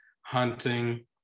hunting